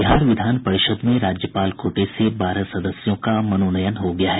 बिहार विधान परिषद में राज्यपाल कोटे से बारह सदस्यों का मनोनयन हो गया है